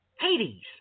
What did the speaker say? Hades